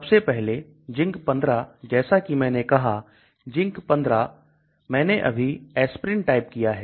सबसे पहले ZINC15 जैसा कि मैंने कहा ZINC15 मैंने अभी Aspirin टाइप किया है